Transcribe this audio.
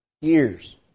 Years